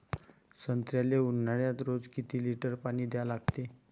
संत्र्याले ऊन्हाळ्यात रोज किती लीटर पानी द्या लागते?